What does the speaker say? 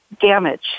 damage